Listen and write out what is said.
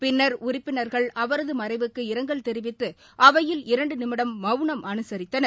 பின்னா் உறுப்பினா்கள் அவரது மறைவுக்கு இரங்கல் தெிவித்து அவையில் இரண்டு நிமிடம் மவுனம் அனுசரித்தனர்